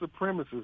supremacists